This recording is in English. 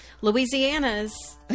Louisiana's